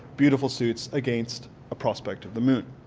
beautiful suits against a prospect of the moon.